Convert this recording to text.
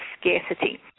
scarcity